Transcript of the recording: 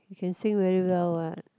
he can sing very well what